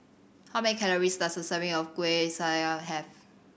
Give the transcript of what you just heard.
how many calories does a serving of Kuih Syara have